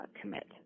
commit